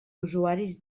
usuaris